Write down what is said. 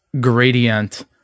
gradient